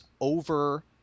over